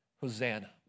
Hosanna